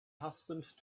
husband